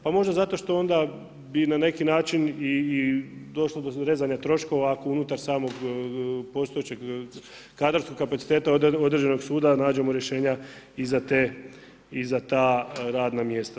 Pa možda zato što onda bi na neki način i došlo do rezanja troškova ako unutar samog postojećeg kadrovskog kapaciteta određenog suda nađemo rješenja i za ta radna mjesta.